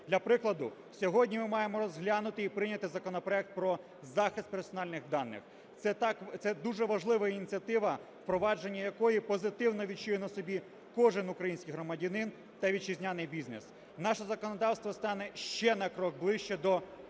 Для прикладу, сьогодні ми маємо розглянути і прийняти законопроект про захист персональних даних. Це дуже важлива ініціатива, впровадження якої позитивно відчує на собі кожен український громадянин та вітчизняний бізнес. Наше законодавство стане ще на крок ближче до